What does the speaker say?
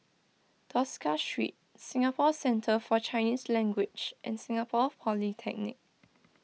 Tosca Street Singapore Centre for Chinese Language and Singapore Polytechnic